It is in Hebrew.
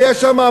היה שם,